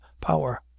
power